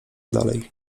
dalej